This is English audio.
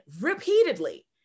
repeatedly